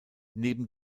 neben